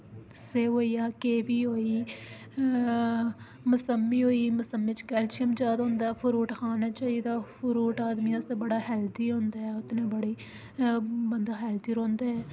सेब होइया केवी होई मसमी होई मसमी च कैल्शियम जैदा होंदा फ्रूट खाने चाहिदा फ्रूट आदमी आस्तै बड़ा हैल्दी होंदा ऐ ओह्दै नै बड़ी बंदा हैल्दी रौंह्दा ऐ